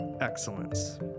excellence